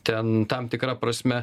ten tam tikra prasme